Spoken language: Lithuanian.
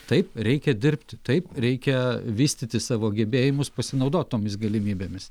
taip reikia dirbti taip reikia vystyti savo gebėjimus pasinaudot tomis galimybėmis